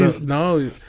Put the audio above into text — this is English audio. No